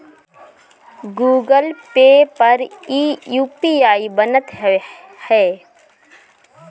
Google Pay पर इ UPI बनत हअ